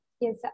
Yes